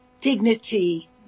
dignity